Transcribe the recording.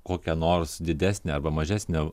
kokią nors didesnę arba mažesnę